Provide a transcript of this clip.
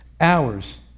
hours